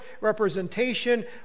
representation